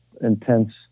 intense